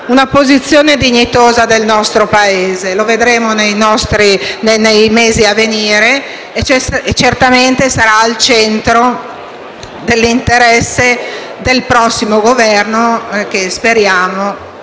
una posizione dignitosa del nostro Paese. Lo vedremo nei mesi a venire e certamente sarà al centro dell'interesse del prossimo Governo che speriamo